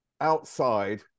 outside